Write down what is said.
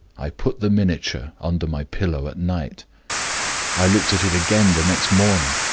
i put the miniature under my pillow at night i looked at it again the next morning.